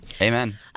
Amen